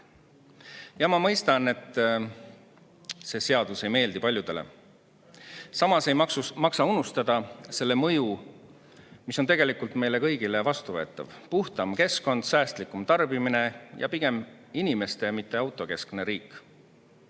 Ma mõistan, et see seadus ei meeldi paljudele. Samas ei maksa unustada selle mõju, mis on tegelikult meile kõigile vastuvõetav: puhtam keskkond, säästlikum tarbimine ning pigem inimeste, mitte autokeskne riik.